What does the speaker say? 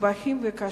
מסובכים וקשים.